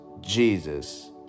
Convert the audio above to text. Jesus